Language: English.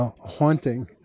haunting